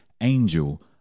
angel